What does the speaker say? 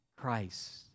Christ